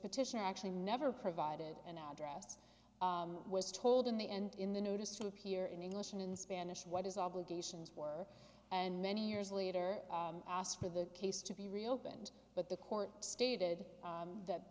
petition actually never provided an address was told in the end in the notice to appear in english and in spanish what his obligations were and many years later asked for the case to be reopened but the court stated that